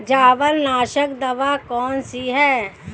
जवार नाशक दवा कौन सी है?